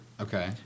Okay